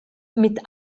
mit